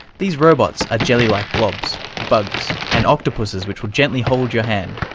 these robots are jelly-like blobs, bugs, and octopuses which will gently hold your hand.